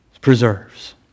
preserves